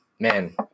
Man